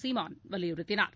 சீமான் வலியுறுத்தினார்